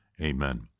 Amen